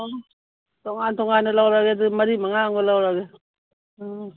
ꯑꯥ ꯇꯣꯉꯥꯟ ꯇꯣꯉꯥꯟꯅ ꯂꯧꯔꯒꯦ ꯑꯗꯨꯗꯤ ꯃꯔꯤ ꯃꯉꯥ ꯑꯃꯒ ꯂꯧꯔꯒꯦ ꯎꯝ